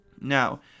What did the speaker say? Now